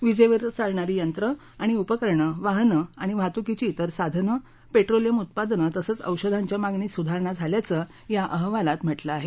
विजेवर चालणारी यंत्रं आणि उपकरणं वाहनं आणि वाहतुकीची इतर साधनं पेट्रोलियम उत्पादनं तसंच औषधांच्या मागणीत सुधारणा झाल्याचं या अहवालात म्हटलं आहे